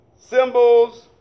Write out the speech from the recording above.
symbols